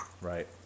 Right